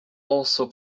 also